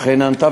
אכן נענתה,